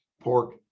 pork